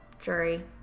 Jury